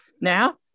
Now